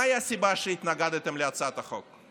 מהי הסיבה שהתנגדתם להצעת החוק?